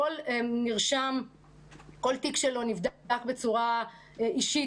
כאשר התיק של כל נרשם נבדק בצורה אישית,